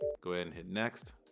go ahead and hit next,